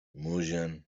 młodzian